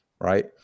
right